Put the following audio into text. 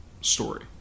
story